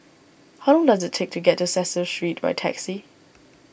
how long does it take to get to Cecil Street by taxi